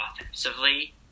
offensively